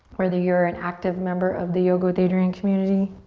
whether you're an active member of the yoga with adriene community,